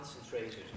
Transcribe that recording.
concentrated